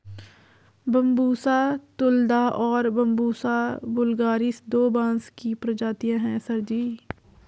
Bambusa तुलदा और बंबूसा वुल्गारिस दो बांस की प्रजातियां हैं सर जी